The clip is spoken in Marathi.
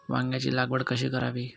वांग्यांची लागवड कशी करावी?